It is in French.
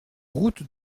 route